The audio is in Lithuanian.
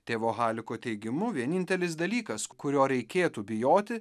tėvo haliko teigimu vienintelis dalykas kurio reikėtų bijoti